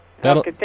that'll